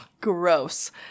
Gross